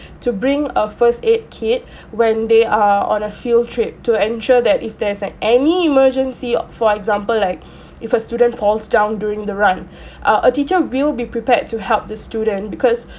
to bring a first aid kit when they are on a field trip to ensure that if there's an any emergency or for example like if a student falls down during the run uh a teacher will be prepared to help the student because